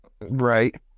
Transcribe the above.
Right